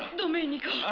domenico!